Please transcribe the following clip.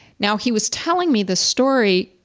now, he was telling me the story,